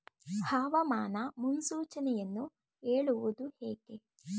ಹವಾಮಾನ ಮುನ್ಸೂಚನೆಯನ್ನು ಹೇಳುವುದು ಹೇಗೆ?